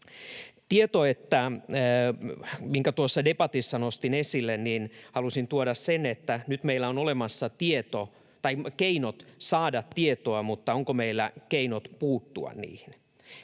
hyökkäyksiä. Tuossa debatissa halusin tuoda esille, että nyt meillä on olemassa keinot saada tietoa mutta onko meillä keinot puuttua. Toin